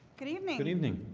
good evening. good evening